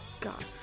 God